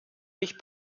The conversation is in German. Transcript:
mich